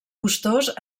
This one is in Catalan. costós